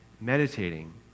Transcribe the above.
meditating